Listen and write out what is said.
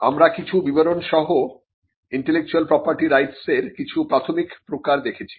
আমরা কিছু বিবরণ সহ ইন্টেলেকচুয়াল প্রপার্টি রাইটস কিছু প্রাথমিক প্রকার দেখেছি